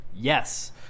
Yes